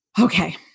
Okay